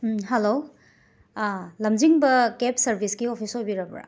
hello ꯂꯝꯖꯤꯡꯕ ꯀꯦꯞ ꯁꯔꯕꯤꯁꯀꯤ ꯑꯣꯐꯤꯁ ꯑꯣꯏꯕꯤꯔꯕ꯭ꯔꯥ